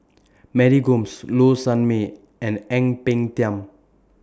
Mary Gomes Low Sanmay and Ang Peng Tiam